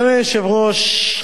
אדוני היושב-ראש.